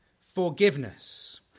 forgiveness